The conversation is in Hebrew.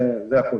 זה הכל.